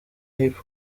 hip